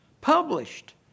published